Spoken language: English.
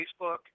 Facebook